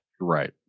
Right